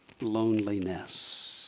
loneliness